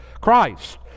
Christ